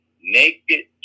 naked